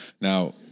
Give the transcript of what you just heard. now